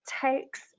takes